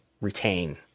retain